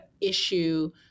issue